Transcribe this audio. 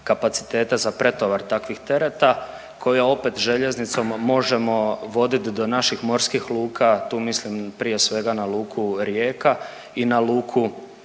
za pretovar takvih tereta, koje opet, željeznicom možemo vodit do naših morskih luka, tu mislim prije svega na Luku Rijeka i na Luku